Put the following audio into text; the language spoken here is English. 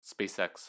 SpaceX